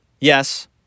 Yes